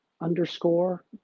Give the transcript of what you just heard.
underscore